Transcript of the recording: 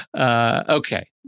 Okay